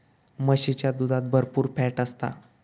म्हशीच्या दुधात भरपुर फॅट असता